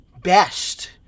best